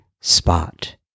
spot